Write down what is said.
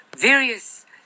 various